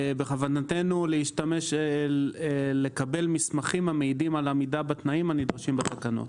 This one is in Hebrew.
בכוונתנו לקבל מסמכים המעידים על עמידה בתנאים הנדרשים בתקנות.